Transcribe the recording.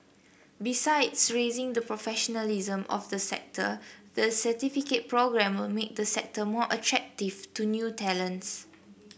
besides raising the professionalism of the sector the certificate programme will make the sector more attractive to new talents